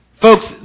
Folks